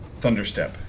thunderstep